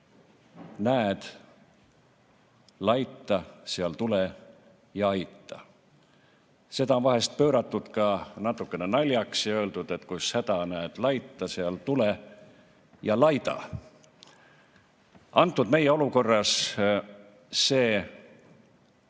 näed laita, seal tule ja aita. Seda on vahest pööratud ka natukene naljaks ja öeldud, et kus häda näed laita, seal tule ja laida. Meie praeguses olukorras